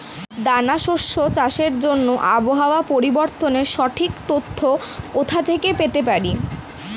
দানা শস্য চাষের জন্য আবহাওয়া পরিবর্তনের সঠিক তথ্য কোথা থেকে পেতে পারি?